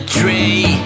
tree